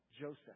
Joseph